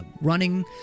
running